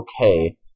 okay